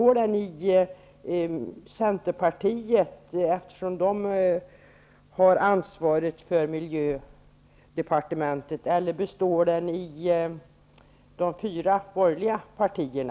Utgörs den av Centerpartiet, eftersom det partiet har ansvaret för miljödepartementet, eller av de fyra borgerliga partierna?